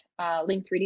Link3D